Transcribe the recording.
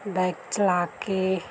bike ਚਲਾ ਕੇ